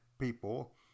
people